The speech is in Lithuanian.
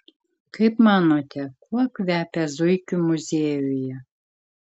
kaip manote kuo kvepia zuikių muziejuje